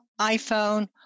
iPhone